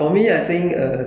对对对